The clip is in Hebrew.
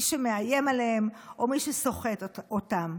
על מי שמאיים עליהם או על מי שסוחט אותם.